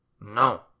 No